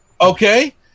Okay